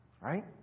Right